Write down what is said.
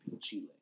Chile